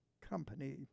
company